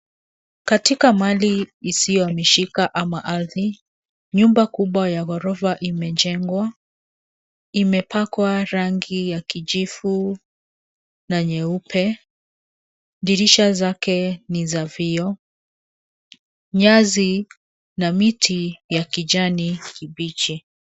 Katika mali isiyohamishika ama ardhi, nyumba kubwa ya ghorofa imejengwa. Imepakwa rangi ya kijivu na nyeupe, dirisha zake ni za vioo, nyasi na miti ya kijani kibichi.